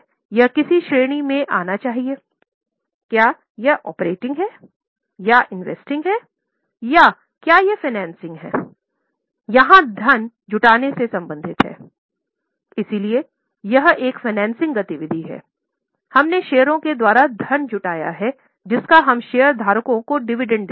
यह धन जुटाने से संबंधित है